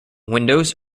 windows